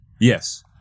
Yes